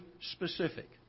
specific